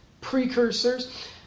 precursors